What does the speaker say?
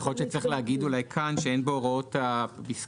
יכול להיות שצריך לומר כאן שאין בהוראות הסעיף